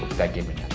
that gave me